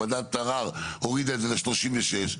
וועדת ערר הורידה את זה ל-36,